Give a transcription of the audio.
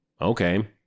Okay